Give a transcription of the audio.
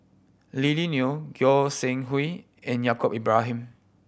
Lily Neo Goi Seng Hui and Yaacob Ibrahim